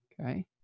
Okay